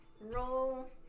roll-